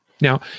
Now